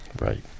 Right